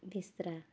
ਬਿਸਤਰਾ